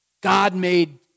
God-made